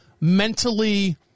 mentally